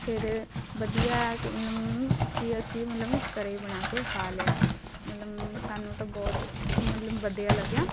ਫਿਰ ਵਧੀਆ ਹੈ ਕਿ ਮਤਲਬ ਕਿ ਅਸੀਂ ਮਤਲਬ ਘਰ ਬਣਾ ਕੇ ਖਾ ਲਿਆ ਮਤਲਬ ਸਾਨੂੰ ਤਾਂ ਬਹੁਤ ਅੱਛਾ ਮਤਲਬ ਵਧੀਆ ਲੱਗਿਆ